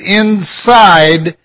inside